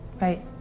Right